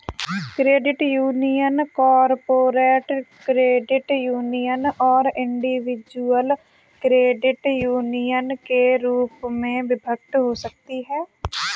credit union corporate credit union और individual credit union के रूप में विभक्त हो सकती हैं